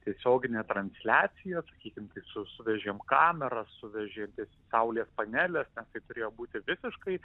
tiesioginė transliacija sakykim suvežėm kamera su vežikais saulės paneles turėjo būti visiškai